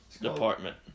department